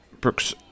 Brooks